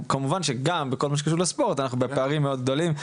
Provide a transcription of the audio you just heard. כמובן גם בכל מה שקשור לספורט אנחנו בפערים מאוד גדולים.